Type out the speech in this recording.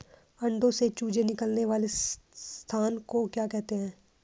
अंडों से चूजे निकलने वाले स्थान को क्या कहते हैं?